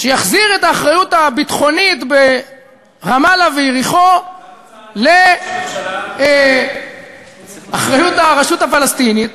שיחזיר את האחריות הביטחונית ברמאללה ויריחו לאחריות הרשות הפלסטינית.